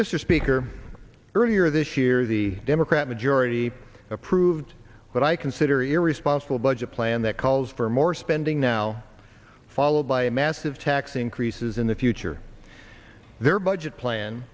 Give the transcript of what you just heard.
mr speaker earlier this year the democrat majority approved what i consider your responsible budget plan that calls for more spending now followed by a massive tax increases in the future their budget plan